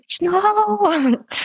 no